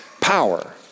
power